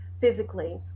physically